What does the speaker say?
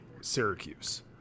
Syracuse